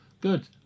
Good